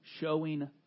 showing